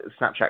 Snapchat